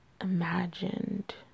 imagined